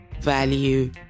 value